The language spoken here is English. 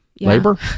labor